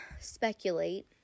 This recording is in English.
speculate